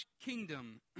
kingdom